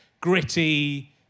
gritty